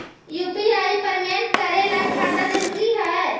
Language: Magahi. यु.पी.आई पेमेंट करे ला खाता जरूरी है?